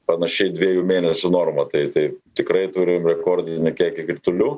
panašiai dviejų mėnesių norma tai tai tikrai turim rekordinį kiekį kritulių